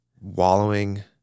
wallowing